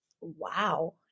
Wow